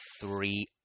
three